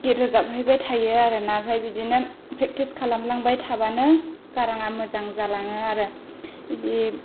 गिथ रोजाबहैबाय थायो आरोना ओमफ्राय बिदिनो प्रेक्टिस खालामलांबाय थाबानो गाराङा मोजां जालाङो आरो इदि